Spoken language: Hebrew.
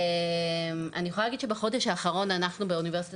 אני יכולה להגיד שבחודש האחרון אנחנו באוניברסיטת